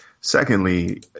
Secondly